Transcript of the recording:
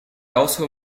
also